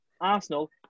Arsenal